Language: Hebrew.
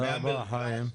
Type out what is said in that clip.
-- תודה רבה, חיים.